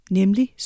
nemlig